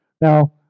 Now